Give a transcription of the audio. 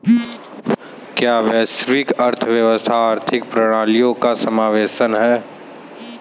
क्या वैश्विक अर्थव्यवस्था आर्थिक प्रणालियों का समावेशन है?